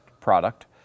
product